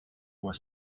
were